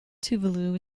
tuvalu